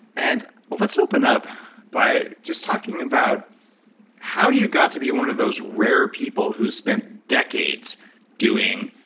and let's open up by just talking about how you got to be one of those rare people who spent decades doing,